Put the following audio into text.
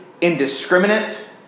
indiscriminate